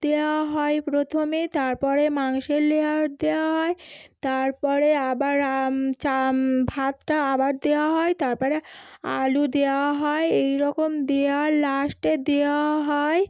দেওয়া হয় প্রথমে তারপরে মাংসের লেয়ার দেওয়া হয় তারপরে আবার ভাতটা আবার দেওয়া হয় তারপরে আলু দেওয়া হয় এই রকম দেওয়ার লাস্টে দেওয়া হয়